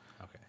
Okay